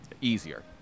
easier